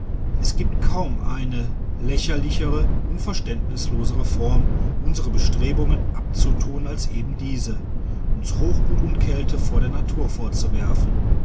es gibt kaum eine lä cherlichere und verständnislosere form unsre bestrebungen abzutun als eben diese uns hochmut und kälte vor der natur vorzuwerfen